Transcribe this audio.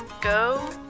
go